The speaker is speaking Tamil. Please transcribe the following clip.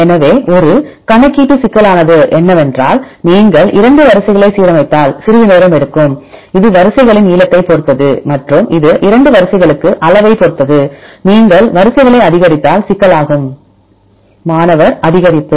எனவே ஒரு கணக்கீட்டு சிக்கலானது என்னவென்றால் நீங்கள் 2 வரிசைகளை சீரமைத்தால் சிறிது நேரம் எடுக்கும் இது வரிசைகளின் நீளத்தைப் பொறுத்தது மற்றும் இது 2 வரிசைகளுக்கு அளவைப் பொறுத்தது நீங்கள் வரிசைகளை அதிகரித்தால் சிக்கலாகும் மாணவர் அதிகரிப்பு